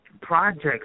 projects